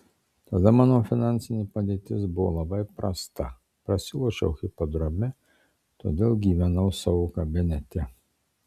tada mano finansinė padėtis buvo labai prasta prasilošiau hipodrome todėl gyvenau savo kabinete